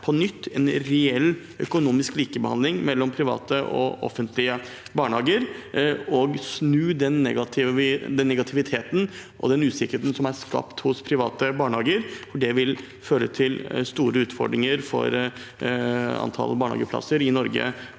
å innføre en reell økonomisk likebehandling mellom private og offentlige barnehager og snu den negativiteten og usikkerheten som er skapt hos private barnehager, for det vil føre til store utfordringer for antall barnehageplasser i Norge